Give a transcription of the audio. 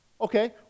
Okay